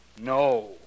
No